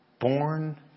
born